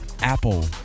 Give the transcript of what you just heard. Apple